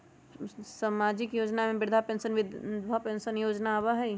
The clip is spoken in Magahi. सामाजिक योजना में वृद्धा पेंसन और विधवा पेंसन योजना आबह ई?